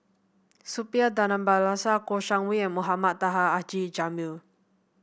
Suppiah Dhanabalan Kouo Shang Wei and Mohamed Taha Haji Jamil